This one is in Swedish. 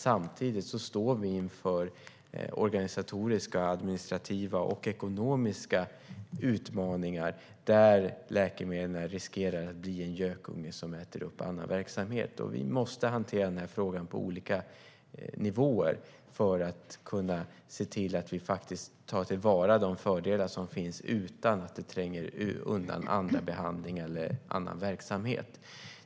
Samtidigt står vi inför organisatoriska, administrativa och ekonomiska utmaningar där det finns risk att läkemedlen blir en gökunge som äter upp annan verksamhet. Vi måste hantera den här frågan på olika nivåer för att kunna ta till vara de fördelar som finns utan att det tränger undan annan behandling eller annan verksamhet.